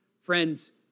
Friends